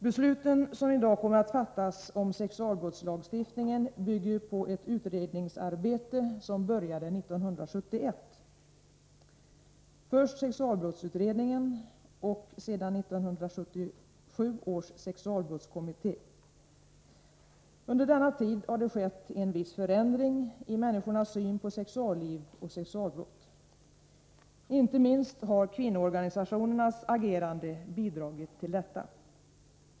Besluten som i dag kommer att fattas om sexualbrottslagstiftningen bygger på ett utredningsarbete som började 1971, först sexualbrottsutredningen och sedan 1977 års sexualbrottskommitté. Under denna tid har det skett en viss förändring i människornas syn på sexualliv och sexualbrott. Inte minst har kvinnoorganisationernas agerande bidragit till detta.